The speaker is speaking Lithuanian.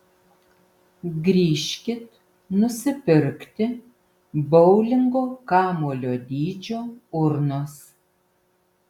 grįžkit nusipirkti boulingo kamuolio dydžio urnos